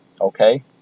Okay